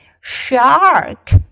Shark